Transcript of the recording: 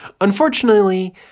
Unfortunately